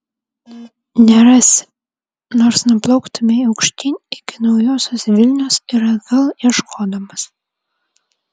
nerasi nors nuplauktumei aukštyn iki naujosios vilnios ir atgal ieškodamas